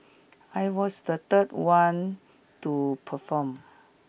I was the third one to perform